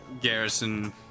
Garrison